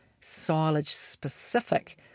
silage-specific